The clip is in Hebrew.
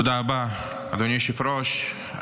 תודה רבה, אדוני היושב-ראש.